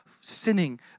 sinning